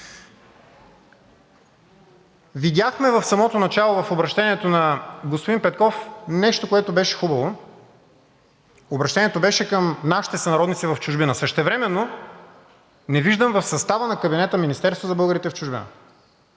Видяхме в самото начало в обръщението на господин Петков нещо, което беше хубаво. Обръщението беше към нашите сънародници в чужбина. Същевременно не виждам в състава на кабинета Министерство за българите в чужбина.